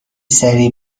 سریع